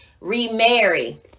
remarry